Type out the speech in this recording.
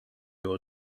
your